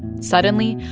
suddenly,